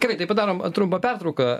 gerai tai padarom trumpą pertrauką